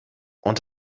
und